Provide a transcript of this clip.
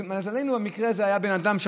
למזלנו, במקרה הזה היה בן אדם,